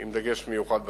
עם דגש מיוחד במגזר.